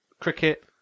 cricket